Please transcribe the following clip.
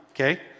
okay